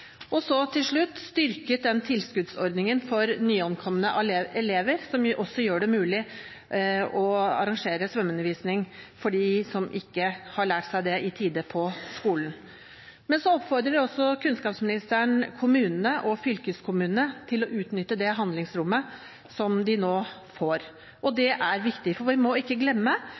og – til slutt – styrket den tilskuddsordningen for nyankomne elever som også gjør det mulig å arrangere svømmeundervisning for dem som ikke har lært seg å svømme i tide, på skolen. Kunnskapsdepartementet oppfordrer også kommunene og fylkeskommunene til å utnytte handlingsrommet de nå får. Det er viktig, for vi må ikke glemme